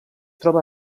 troba